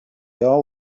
all